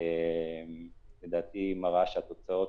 לדעתי מראה שהתוצאות